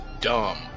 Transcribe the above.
dumb